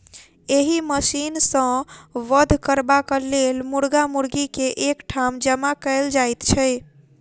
एहि मशीन सॅ वध करबाक लेल मुर्गा मुर्गी के एक ठाम जमा कयल जाइत छै